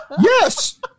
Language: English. yes